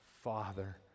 Father